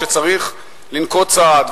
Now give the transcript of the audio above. כשצריך לנקוט צעד,